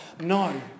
no